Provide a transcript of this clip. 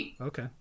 okay